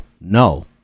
no